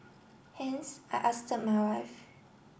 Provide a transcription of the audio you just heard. hence I asked my wife